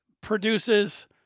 produces